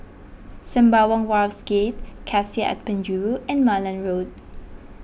Sembawang Wharves Gate Cassia at Penjuru and Malan Road